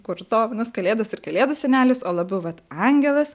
kur tobulos kalėdos ir kalėdų senelis o labiau vat angelas